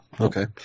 Okay